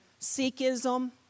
Sikhism